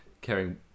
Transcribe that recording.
caring